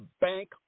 bank